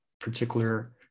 particular